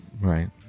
Right